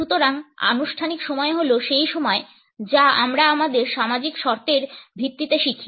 সুতরাং আনুষ্ঠানিক সময় হল সেই সময় যা আমরা আমাদের সামাজিক শর্তের ভিত্তিতে শিখি